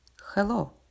Hello